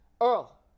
Earl